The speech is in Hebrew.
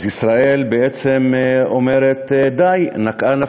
ישראל אומרת: די, נקעה נפשי,